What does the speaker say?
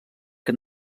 que